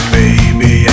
baby